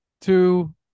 two